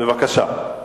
בבקשה.